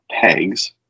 pegs